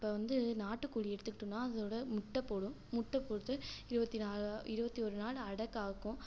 இப்போ வந்து நாட்டுக்கோழி எடுத்துக்கிட்டோன்னா அதோடய முட்டை போடும் முட்டை போட்டு இருபத்தி நாலு இருபத்தியோரு நாள் அடை காக்கும்